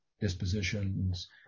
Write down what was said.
dispositions